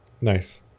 Nice